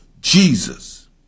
Jesus